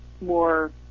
more